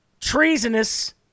treasonous